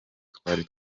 twari